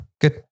good